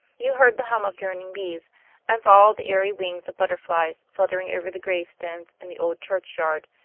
you heard the hum of droning bees and followed the airy wings of butterflies fluttering over the gravestones in the old churchyard,